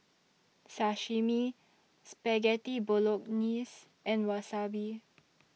Sashimi Spaghetti Bolognese and Wasabi